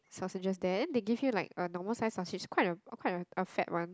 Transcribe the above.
sausages then they give you like a normal size sausage quite a quite a a fat one